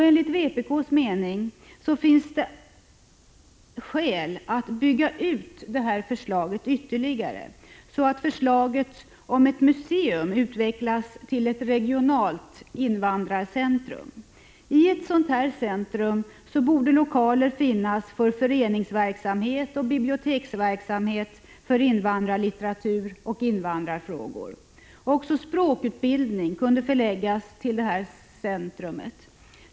Enligt vpk:s mening finns det skäl att bygga ut förslaget ytterligare, så att museet utvecklas till ett regionalt invandrarcentrum. I ett sådant centrum borde lokaler finnas för föreningsaktiviteter och biblioteksverksamhet med särskild inriktning på invandrarlitteratur och invandrarfrågor. Också språkutbildning kunde förläggas till detta centrum.